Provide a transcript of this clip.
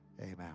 amen